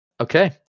Okay